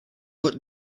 but